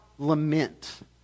lament